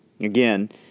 Again